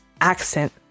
Accent